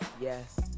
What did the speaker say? Yes